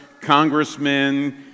congressmen